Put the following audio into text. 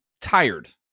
tired